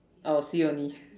I will see only